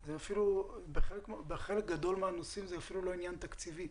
בחלק גדול מהנושאים זה אפילו לא עניין תקציבי,